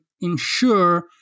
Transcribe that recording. ensure